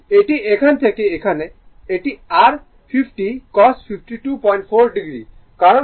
এটি এখান থেকে এখানে এটি r 50 cos 524o কারণ theta হবে r 524o